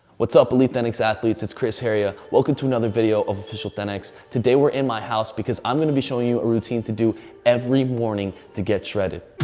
what's up, elite thenx athletes? it's chris heria. welcome to another video of official thenx. today we're in my house because i'm gonna be showing you a routine to do every morning to get shredded.